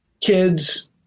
Kids